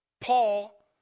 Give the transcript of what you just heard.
Paul